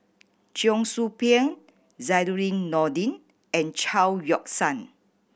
Cheong Soo Pieng Zainudin Nordin and Chao Yoke San